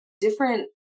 different